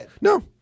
no